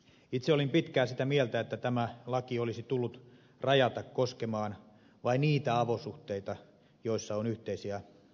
itse olin pitkään sitä mieltä että tämä laki olisi tullut rajata koskemaan vain niitä avosuhteita joissa on yhteisiä lapsia